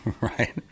right